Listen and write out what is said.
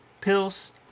pills